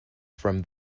from